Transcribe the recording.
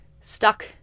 stuck